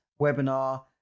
webinar